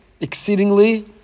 exceedingly